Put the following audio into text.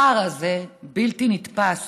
הפער הזה בלתי נתפס.